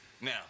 Now